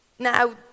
Now